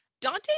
Dante